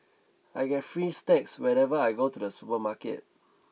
I get free snacks whenever I go to the supermarket